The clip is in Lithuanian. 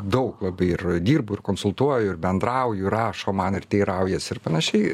daug labai ir dirbu ir konsultuoju ir bendrauju ir rašo man ir teiraujasi ir panašiai